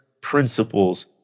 principles